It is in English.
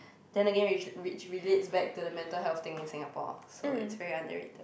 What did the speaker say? then again which which relates back to the mental health thing in Singapore so it's very underrated